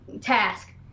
task